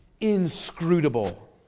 inscrutable